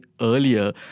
earlier